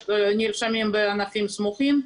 חלק נרשמים בענפים סמוכים,